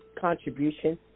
contribution